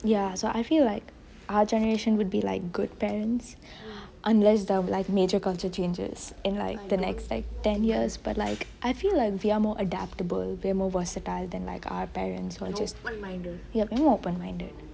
ya so I feel like our generation would be like good parents unless there like major culture changes in like the next ten years but like I feel like we are more adaptable we are more versatile than like our parents are just more open minded mm